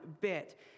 bit